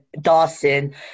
Dawson